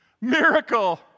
Miracle